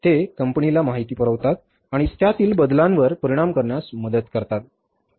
ते कंपनीला माहिती पुरवतात आणि त्यातील बदलांवर परिणाम करण्यास मदत करतात